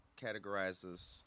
categorizes